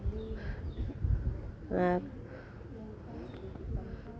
ᱮᱠ